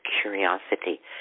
curiosity